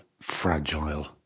fragile